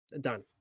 Done